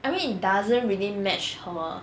I mean it doesn't really match her